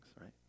right